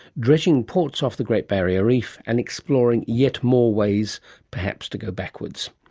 dredging ports off the great barrier reef and exploring yet more ways perhaps to go backwards.